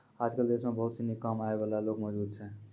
आजकल देश म बहुत सिनी कम आय वाला लोग मौजूद छै